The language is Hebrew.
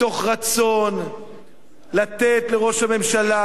מתוך רצון לתת לראש הממשלה,